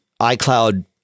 iCloud